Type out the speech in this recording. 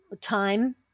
time